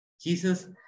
Jesus